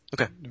Okay